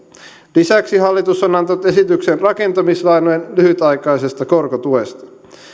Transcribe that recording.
lisäksi hallitus on antanut esityksen rakentamislainojen lyhytaikaisesta korkotuesta